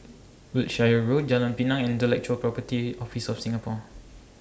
Wiltshire Road Jalan Pinang and Intellectual Property Office of Singapore